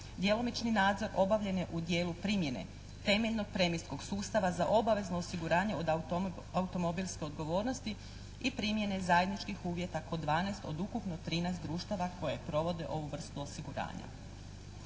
Djelomični nadzor obavljen je u djelu primjene temeljnog premijskog sustava za obavezno osiguranje od automobilske odgovornosti i primjene zajedničkih uvjeta kod 12 od ukupno 13 društava koje provode ovu vrstu osiguranja.